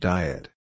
Diet